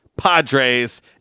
Padres